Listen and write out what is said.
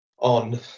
On